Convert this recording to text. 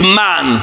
man